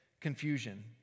confusion